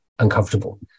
Uncomfortable